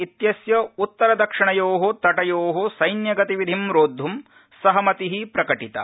इत्यस्य उत्तरदक्षिणयो तटयो सस्त्रातिविधिं रोड्यम् सहमति प्रकटिता